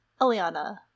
Eliana